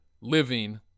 living